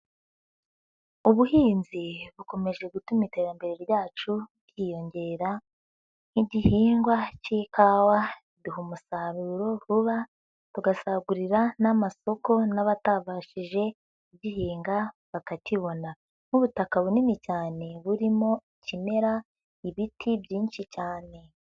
Ubuhinzi bukomeje gutuma iterambere ryacu ryiyongera nk'igihingwa cy'ikawa kiduha umusaruro vuba, tugasagurira n'amasoko n'abatabashije kugihinga bakakibona nk'ubutaka bunini cyane burimo ikimera ibiti byinshi cyane.